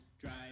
drive